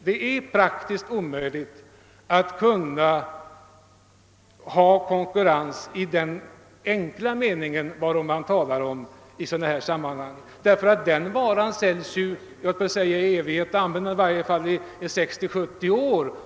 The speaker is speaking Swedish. Det är praktiskt omöjligt med konkurrens i den enkla mening som åsyftas i sådana sammanhang, ty man håller i alla fall på att sälja varan under 60—70 år.